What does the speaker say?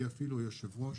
היא אפילו היושבת ראש